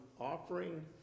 offering